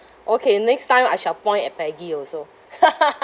okay next time I shall point at peggy also